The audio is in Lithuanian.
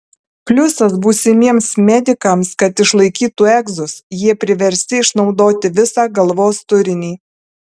pliusas būsimiems medikams kad išlaikytų egzus jie priversti išnaudoti visą galvos turinį